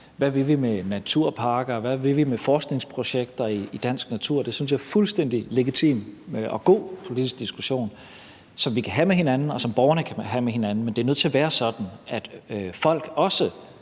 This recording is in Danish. hvad vi vil med naturparker, hvad vi vil med forskningsprojekter i dansk natur. Det synes jeg er en fuldstændig legitim og god politisk diskussion, som vi kan have med hinanden, og som borgerne kan have med hinanden. Men det er nødt til at være sådan, at folk – også